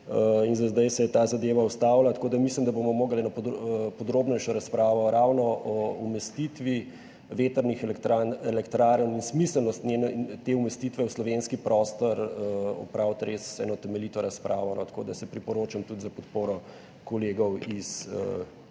zdaj se je ta zadeva ustavila. Mislim, da bomo morali [opraviti] eno podrobnejšo razpravo ravno o umestitvi vetrnih elektrarn in smiselnosti teh umestitev v slovenski prostor, opraviti eno res temeljito razpravo. Tako da se priporočam tudi za podporo kolegov iz